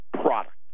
product